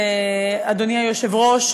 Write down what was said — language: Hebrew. אדוני היושב-ראש,